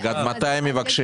רגע, עד מתי הם מבקשים?